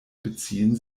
beziehen